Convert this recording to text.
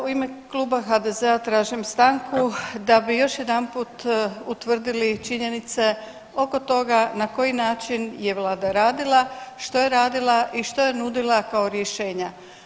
U ime kluba HDZ-a tražim stanku da bi još jedanput utvrdili činjenice oko toga na koji način je Vlada radila, što je radila i što je nudila kao rješenja.